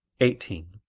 eighteen.